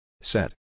set